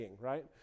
right